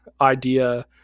idea